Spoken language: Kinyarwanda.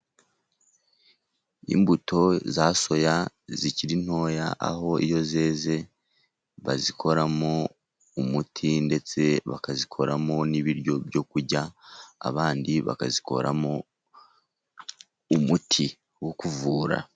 Imbuto za soya zikiri ntoya, aho iyo zeze bazikoramo umuti, ndetse bakazikoramo n'ibiryo byo kurya, abandi bakazikoramo umuti wo kuvura.